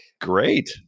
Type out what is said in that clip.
Great